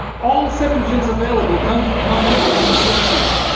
all septuagints available come from contradictory sources.